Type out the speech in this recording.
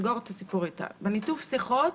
בניתוב השיחות